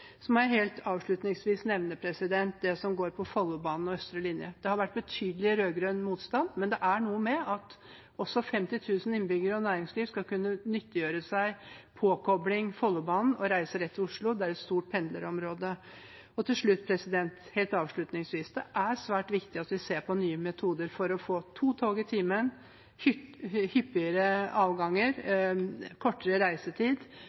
Så må jeg helt avslutningsvis nevne det som går på Follobanen, østre linje. Det har vært betydelig rød-grønn motstand, men det er noe med at også 50 000 innbyggere og næringslivet skal kunne nyttiggjøre seg påkobling til Follobanen og kunne reise rett til Oslo. Det er et stort pendlerområde. Helt avlutningsvis: Det er svært viktig at vi ser på nye metoder for å få to tog i timen, hyppigere avganger og kortere reisetid,